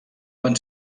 van